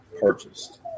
purchased